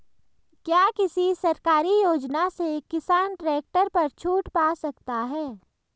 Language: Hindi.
क्या किसी सरकारी योजना से किसान ट्रैक्टर पर छूट पा सकता है?